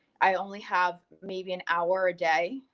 i only have maybe an hour a day.